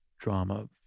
drama